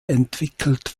entwickelt